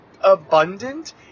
abundant